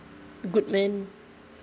good men